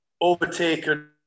overtaken